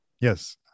Yes